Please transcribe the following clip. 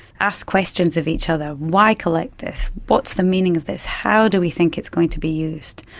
ask questions of each other why collect this, what's the meaning of this, how do we think it's going to be used?